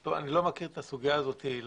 אני לא מכיר את הסוגיה הזאת לעומק